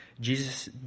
Jesus